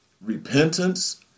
repentance